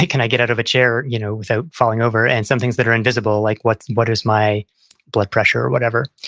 can i get out of a chair, you know without falling over and some things that are invisible, like what what is my blood pressure or whatever?